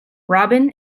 robbin